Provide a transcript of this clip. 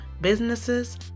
businesses